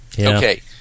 Okay